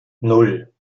nan